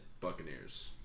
Buccaneers